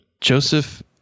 Joseph